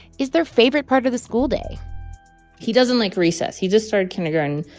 is their favorite part of of the school day he doesn't like recess. he just started kindergarten.